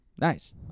Nice